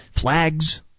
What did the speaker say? flags